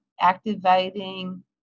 activating